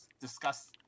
discuss